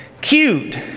cute